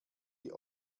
die